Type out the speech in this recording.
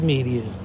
Media